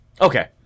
Okay